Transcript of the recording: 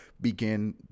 begin